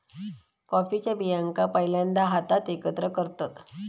कॉफीच्या बियांका पहिल्यांदा हातात एकत्र करतत